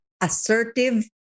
assertive